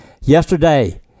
Yesterday